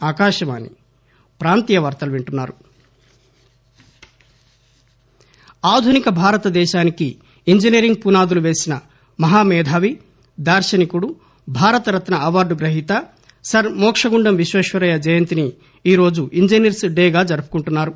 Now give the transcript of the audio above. desk engineers day ఆధునిక భారత దేశానికి ఇంజనీరింగ్ పునాదులు వేసినమహా మేధావి దార్గనికుడు భారత రత్న అవార్డు గ్రహీత సర్ మోక్షగుండంవిశ్వేశ్వరయ్య జయంతి ని ఈరోజు ఇంజనీర్స్ దే గా జరుపుకుంటున్నారు